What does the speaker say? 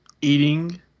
eating